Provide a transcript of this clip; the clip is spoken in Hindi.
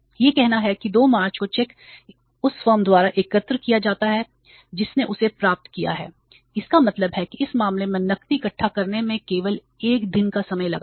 यह कहना है कि 2 मार्च को चेक उस फर्म द्वारा एकत्र किया जाता है जिसने इसे प्राप्त किया है इसका मतलब है कि इस मामले में नकदी इकट्ठा करने में केवल एक दिन का समय लगा है